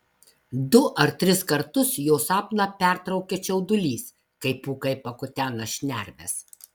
du ar tris kartus jo sapną pertraukia čiaudulys kai pūkai pakutena šnerves